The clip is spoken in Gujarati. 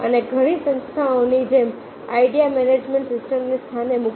અને ઘણી સંસ્થાઓની જેમ આઈડિયા મેનેજમેન્ટ સિસ્ટમને સ્થાને મૂકો